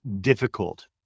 difficult